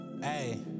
Hey